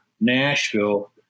nashville